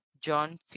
John